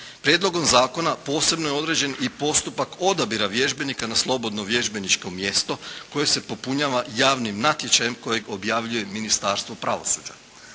Prijedlogom zakona posebno je određen i postupak odabira vježbenika na slobodno vježbeničko mjesto, koje se popunjava javnim natječajem kojeg objavljuje Ministarstvo pravosuđa.